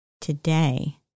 today